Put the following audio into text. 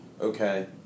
okay